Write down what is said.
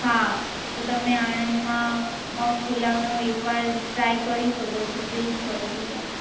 હા તો તમે આણંદમાં મગપુલાવનો એક વાર ટ્રાય કરી શકો છો બેસ્ટ હોય છે ત્યાં